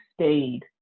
stayed